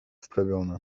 wprawione